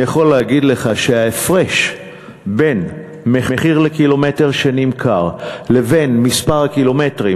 אני יכול להגיד לך שהפרש בין מחיר לקילומטר שנמכר לבין מספר הקילומטרים